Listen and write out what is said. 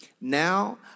Now